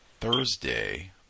Thursday